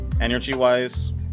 energy-wise